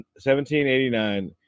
1789